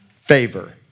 favor